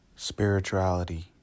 Spirituality